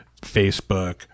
Facebook